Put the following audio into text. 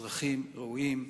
אזרחים ראויים,